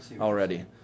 already